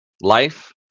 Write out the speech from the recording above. life